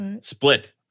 split